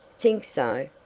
think so?